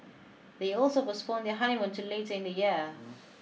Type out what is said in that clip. they also postponed their honeymoon to late in the year